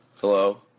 Hello